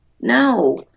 no